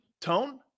Tone